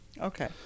Okay